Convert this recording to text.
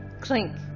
clink